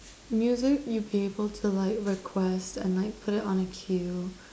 music you'll be able to like request and like put it on a queue